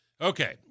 Okay